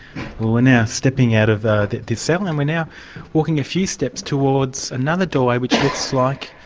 we're now stepping out of ah the cell, and we're now walking a few steps towards another doorway which looks like,